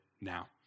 now